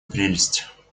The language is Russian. прелесть